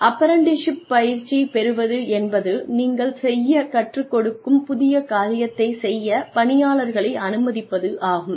apprenticeship பயிற்சி பெறுவது என்பது நீங்கள் செய்யக் கற்றுக் கொடுக்கும் புதிய காரியத்தைச் செய்ய பணியாளர்களை அனுமதிப்பது என்பதாகும்